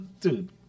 Dude